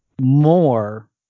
more